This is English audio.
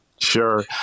sure